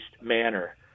manner